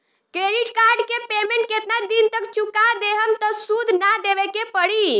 Credit card के payment केतना दिन तक चुका देहम त सूद ना देवे के पड़ी?